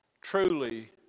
truly